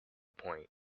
point